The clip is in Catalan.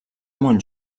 molt